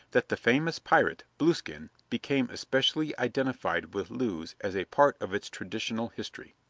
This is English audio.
that the famous pirate, blueskin, became especially identified with lewes as a part of its traditional history.